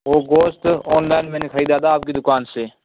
وہ گوشت online میں نے خریدا تھا آپ کی دکان سے